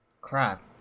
Crap